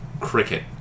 Cricket